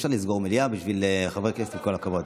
אי-אפשר לסגור מליאה בשביל חבר כנסת, עם כל הכבוד.